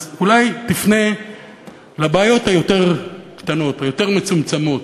אז אולי תפנה לבעיות היותר-קטנות, היותר-מצומצמות,